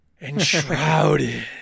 Enshrouded